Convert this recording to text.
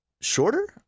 shorter